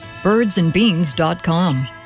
birdsandbeans.com